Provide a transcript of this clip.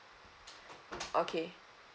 okay